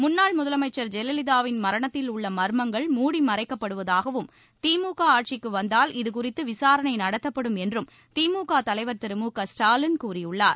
முன்னாள் முதலமைச்சர் ஜெயலவிதாவின் மரணத்தில் உள்ளமர்மங்கள் மூடி மறைக்கப்படுவதாகவும் திமுகஆட்சிக்குவந்தால் இதுகுறித்துவிசாரணைநடத்தப்படும் என்றும் திமுகதலைவர் திரு மு க ஸ்டாலின் கூறியுள்ளார்